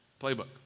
Playbook